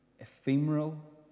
ephemeral